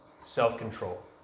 self-control